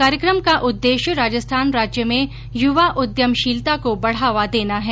कार्यक्रम का उद्देश्य राजस्थान राज्य में युवा उद्यमशीलता को बढ़ावा देना है